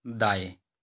दाएँ